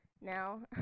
now